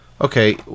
okay